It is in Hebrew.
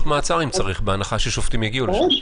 צריך, בהנחה ששופטים יגיעו לשם.